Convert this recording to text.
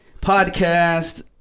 Podcast